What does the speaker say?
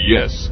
Yes